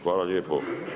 Hvala lijepo.